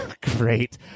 Great